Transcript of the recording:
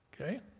Okay